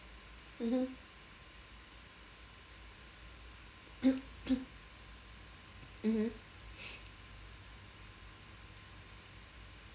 mm mmhmm